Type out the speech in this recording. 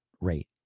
rate